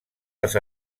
les